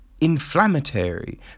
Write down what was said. inflammatory